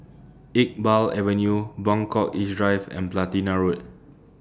Iqbal Avenue Buangkok East Drive and Platina Road